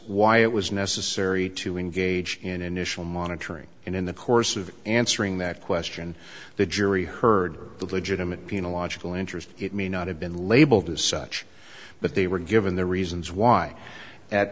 why it was necessary to engage in initial monitoring and in the course of answering that question the jury heard the legitimate being a logical interest it may not have been labeled as such but they were given the reasons why a